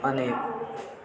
अनि